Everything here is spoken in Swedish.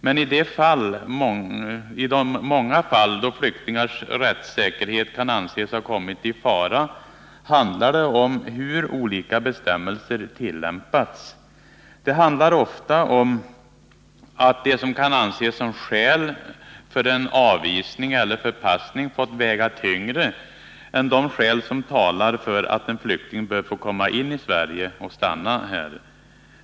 Men i de många fall då flyktingars rättssäkerhet kan anses ha kommit i fara handlar det om hur olika bestämmelser tillämpas. Det handlar ofta om att det som kan anses som skäl för en avvisning eller förpassning fått väga tyngre än de skäl som talar för att en flykting bör få komma in i Sverige och stanna här.